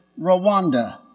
Rwanda